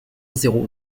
zéro